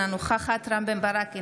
אינה נוכחת רם בן ברק,